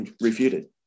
refuted